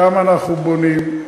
כמה אנחנו בונים,